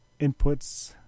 inputs